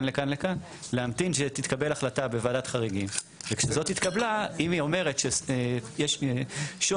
ואחרי שוועדת חריגים תקבל את ההחלטה שלנו או לא,